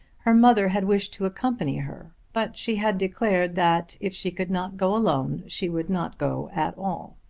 her mother had wished to accompany her but she had declared that if she could not go alone she would not go at all.